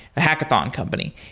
a hackathon company.